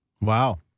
Wow